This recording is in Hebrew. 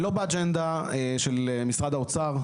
לא באג'נדה של משרד האוצר,